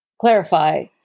clarify